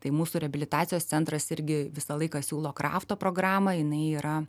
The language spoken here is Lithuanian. tai mūsų reabilitacijos centras irgi visą laiką siūlo krafto programą jinai yra